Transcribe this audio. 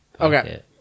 Okay